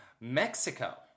Mexico